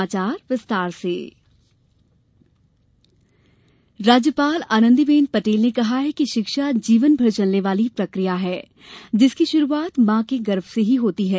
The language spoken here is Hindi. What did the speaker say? शिक्षक दिवस राज्यपाल आनंदीबेन पटेल ने कहा है कि शिक्षा जीवनभर चलने वाली प्रक्रिया है जिसकी शुरूआत माँ के गर्भ से ही होती है